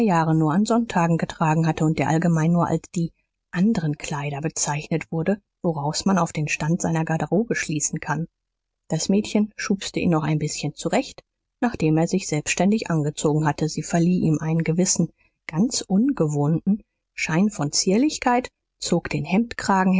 jahre nur an sonntagen getragen hatte und der allgemein nur als die anderen kleider bezeichnet wurde woraus man auf den stand seiner garderobe schließen kann das mädchen schubste ihn noch ein bißchen zurecht nachdem er sich selbständig angezogen hatte sie verlieh ihm einen gewissen ganz ungewohnten schein von zierlichkeit zog den hemdkragen